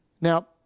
Now